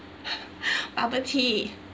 bubble tea